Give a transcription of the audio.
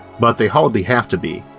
but they hardly have to be,